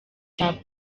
cya